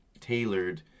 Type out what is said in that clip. tailored